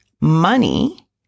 money